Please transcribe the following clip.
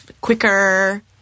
quicker